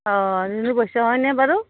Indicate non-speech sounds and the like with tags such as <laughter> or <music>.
<unintelligible>